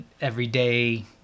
everyday